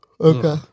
Okay